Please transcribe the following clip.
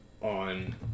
on